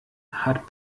hat